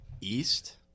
east